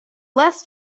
less